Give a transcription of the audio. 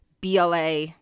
BLA